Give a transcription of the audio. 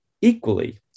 equally